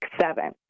seven